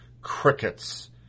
crickets